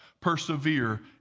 persevere